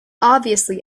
obviously